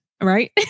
Right